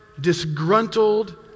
disgruntled